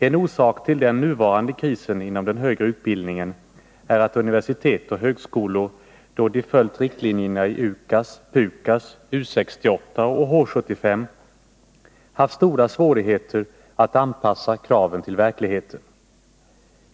En orsak till den nuvarande krisen inom den högre utbildningen är att universitet och högskolor då de följt riktlinjerna i UKAS, PUKAS, U 68 och H 75 haft stora svårigheter att anpassa kraven till verkligheten.